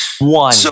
One